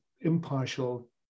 impartial